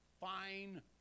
Fine